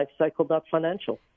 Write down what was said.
Lifecycle.financial